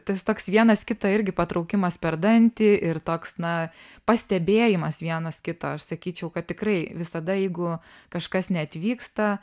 tas toks vienas kito irgi patraukimas per dantį ir toks na pastebėjimas vienas kito aš sakyčiau kad tikrai visada jeigu kažkas neatvyksta